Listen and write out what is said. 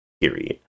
period